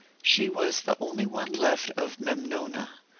she was the only one left of memnona,